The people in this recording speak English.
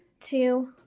two